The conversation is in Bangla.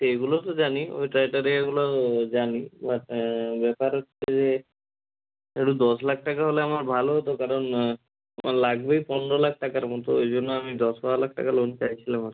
সেগুলো তো জানি ওই ক্রাইটেরিয়াগুলো জানি বাট ব্যাপার হচ্ছে ধরুন দশ লাখ টাকা হলে আমার ভালো হতো কারণ আমার লাগবেই পনেরো লাখ টাকার মতো ওই জন্য আমি দশ বারো লাখ টাকা লোন চাইছিলাম আর কি